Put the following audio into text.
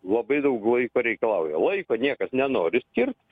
labai daug laiko reikalauja laiko niekas nenori skirt